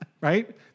right